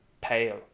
pale